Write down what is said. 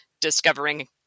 discovering